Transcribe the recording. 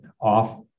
off